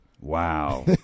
Wow